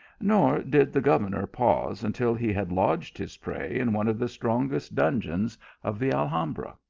nor did the governor pause until he had lodged his prey in one of the strongest dungeons of the alhambra.